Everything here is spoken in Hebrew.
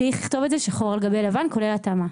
צריך לכתוב את זה שחור על גבי לבן, כולל התאמה.